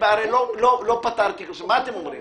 מה אתם אומרים?